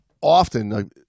often